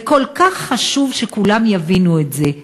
וכל כך חשוב שכולם יבינו את זה,